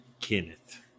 kenneth